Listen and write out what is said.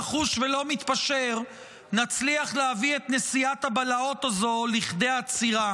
נחוש ולא מתפשר נצליח להביא את נסיעת הבלהות הזו לכדי עצירה.